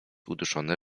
uduszony